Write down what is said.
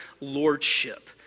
lordship